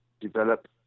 develop